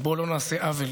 ובוא ולא נעשה עוול